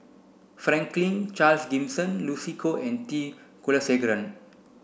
Franklin Charles Gimson Lucy Koh and T Kulasekaram